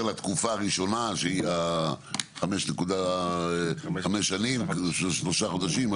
לתקופה הראשונה שמהווה חמש שנים פלוס שלושה חודשים,